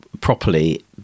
properly